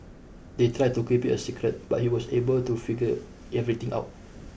they tried to keep it a secret but he was able to figure everything out